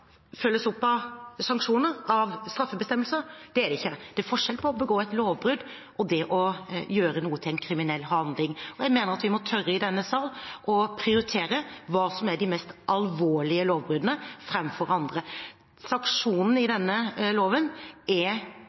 følges opp av sanksjoner, av straffebestemmelser. Slik er det ikke. Det er forskjell på å begå et lovbrudd og det å gjøre noe til en kriminell handling. Jeg mener at vi må tørre i denne sal å prioritere hva som er de mest alvorlige lovbruddene framfor andre. Sanksjonen i denne loven er god, i den forstand at forkjøpsretten til kommunen opprettholdes. Det er